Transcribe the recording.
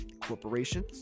Corporations